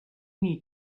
need